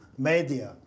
Media